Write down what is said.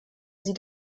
sie